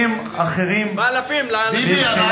חבר הכנסת הורוביץ, שמעו את קריאת הביניים שלך.